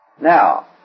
Now